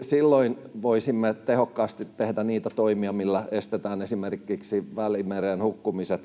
Silloin voisimme tehokkaasti tehdä niitä toimia, millä estetään esimerkiksi Välimereen hukkumiset.